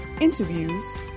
interviews